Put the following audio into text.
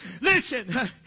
Listen